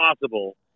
possible